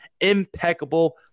impeccable